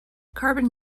carbon